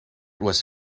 was